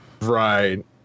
Right